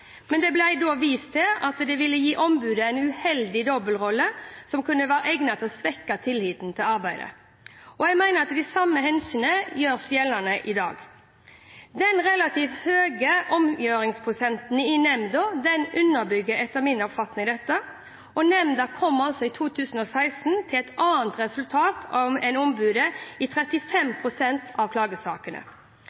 Men det ble vist til at det ville gi ombudet en uheldig dobbeltrolle som kunne være egnet til å svekke tilliten til arbeidet. Jeg mener at det samme hensynet gjør seg gjeldende i dag. Den relativt høye omgjøringsprosenten i nemnda underbygger etter min oppfatning dette – nemnda kom i 2016 til et annet resultat enn ombudet i 35